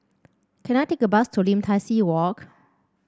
can I take a bus to Lim Tai See Walk